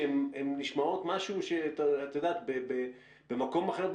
שהן נשמעות שבמקום אחר,